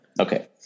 Okay